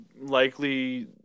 likely